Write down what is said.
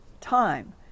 time